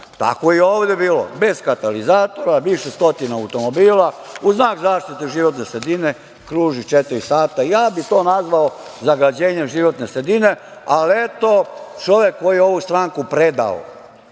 Tako je i ovde bilo, bez katalizatora više stotina automobila u znak zaštite životne sredine kruži četiri sata. Ja bih to nazvao zagađenjem životne sredine, ali, eto, čovek koji je ovu stranku predao